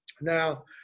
Now